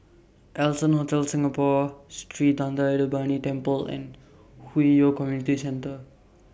Allson Hotel Singapore Sri Thendayuthapani Temple and Hwi Yoh Community Centre